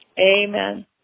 Amen